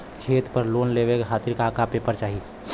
खेत पर लोन लेवल खातिर का का पेपर चाही?